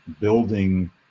building